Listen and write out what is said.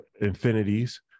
Infinities